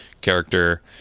character